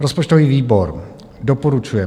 Rozpočtový výbor doporučuje